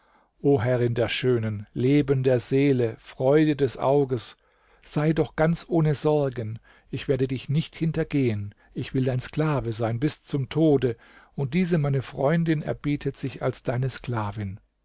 o herrin der schönen leben der seele freude des auges sei doch ganz ohne sorgen ich werde dich nicht hintergehen ich will dein sklave sein bis zum tode und diese meine freundin erbietet sich als deine sklavin